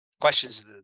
Questions